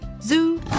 Zoo